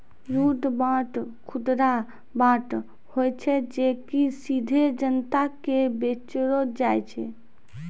युद्ध बांड, खुदरा बांड होय छै जे कि सीधे जनता के बेचलो जाय छै